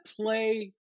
play